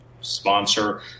sponsor